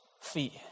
feet